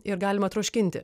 ir galima troškinti